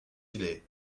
îlets